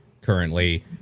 currently